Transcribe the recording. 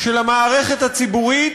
של המערכת הציבורית,